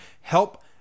Help